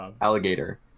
Alligator